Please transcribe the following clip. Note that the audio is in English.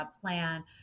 plan